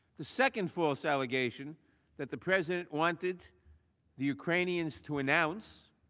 the second false allegation that the president wanted the ukrainians to announce